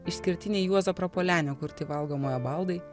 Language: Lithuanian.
išskirtiniai juozo prapuolenio kurti valgomojo baldai